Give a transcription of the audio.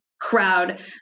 crowd